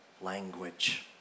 language